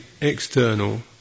external